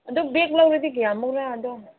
ꯑꯗꯨ ꯕꯦꯛ ꯂꯧꯔꯗꯤ ꯀꯌꯥꯃꯨꯛꯂꯥ ꯑꯗꯣ